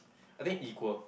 I think equal